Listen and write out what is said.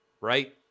right